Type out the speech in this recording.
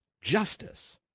justice